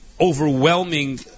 overwhelming